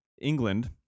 England